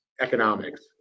economics